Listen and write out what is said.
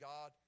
God